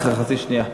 חצי שנייה.